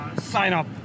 sign-up